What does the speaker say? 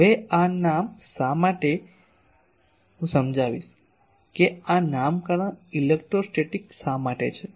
હવે આ નામ શા માટે હું સમજાવીશ કે આ નામકરણ ઇલેક્ટ્રોસ્ટેટિક શા માટે છે